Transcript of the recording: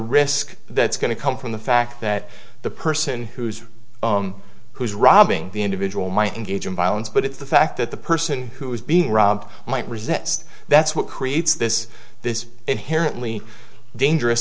risk that's going to come from the fact that the person who's who's robbing the individual might engage in violence but it's the fact that the person who is being robbed might resist that's what creates this this inherently dangerous